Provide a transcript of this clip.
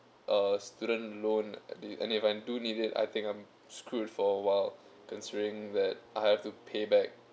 a student loan and if I do need it I think I'm screwed for awhile considering that I have to pay back